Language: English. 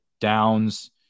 Downs